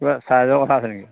কিবা চাৰ্জৰ কথা আছে নেকি